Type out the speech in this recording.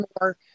more